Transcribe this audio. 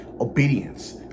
obedience